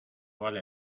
vale